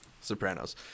Sopranos